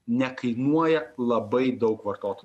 nekainuoja labai daug vartotojui